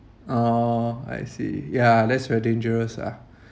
orh I see yeah that's very dangerous ah